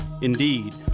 Indeed